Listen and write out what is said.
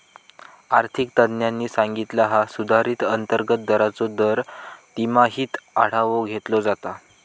आर्थिक तज्ञांनी सांगितला हा सुधारित अंतर्गत दराचो दर तिमाहीत आढावो घेतलो जाता